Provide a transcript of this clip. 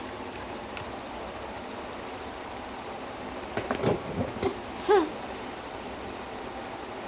picture that ya ஒவ்வொரு:ovvoru course you get a new bowl of rice then a whole lah whole bowl of mutton gravy